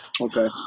Okay